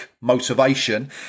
motivation